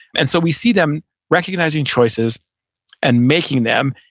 and so we see them recognizing choices and making them.